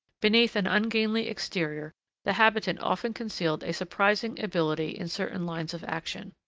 beneath an ungainly exterior the habitant often concealed a surprising ability in certain lines of action.